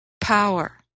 power